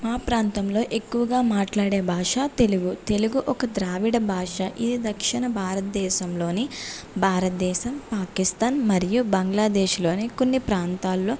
మా ప్రాంతంలో ఎక్కువగా మాట్లాడే భాష తెలుగు తెలుగు ఒక ద్రావిడ భాష ఈ దక్షిణ భారతదేశంలోని భారతదేశం పాకిస్తాన్ మరియు బంగ్లాదేశ్ లోని కొన్ని ప్రాంతాల్లో